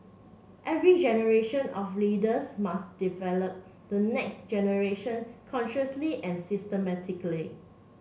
every generation of leaders must develop the next generation consciously and systematically